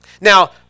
Now